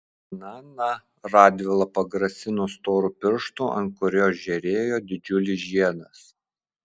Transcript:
na na radvila pagrasino storu pirštu ant kurio žėrėjo didžiulis žiedas